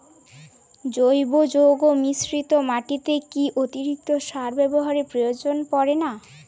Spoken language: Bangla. জৈব যৌগ মিশ্রিত মাটিতে কি অতিরিক্ত সার ব্যবহারের প্রয়োজন পড়ে না?